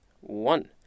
One